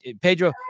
Pedro